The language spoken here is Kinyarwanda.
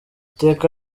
iteka